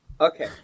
Okay